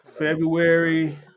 February